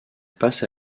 passe